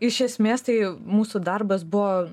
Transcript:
iš esmės tai mūsų darbas buvo